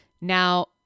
Now